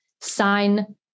sign